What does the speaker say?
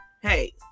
hey